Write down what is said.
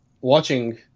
watching